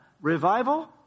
revival